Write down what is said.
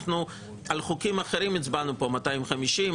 אנחנו על חוקים אחרים הצבענו פה 250,